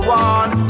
one